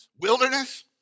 wilderness